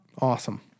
awesome